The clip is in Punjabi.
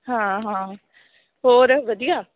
ਹਾਂ ਹਾਂ ਹੋਰ ਵਧੀਆ